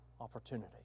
opportunity